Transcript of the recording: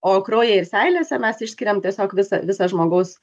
o kraują ir seilėse mes išskiriam tiesiog visą visą žmogaus